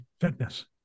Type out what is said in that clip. fitness